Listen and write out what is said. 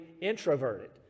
introverted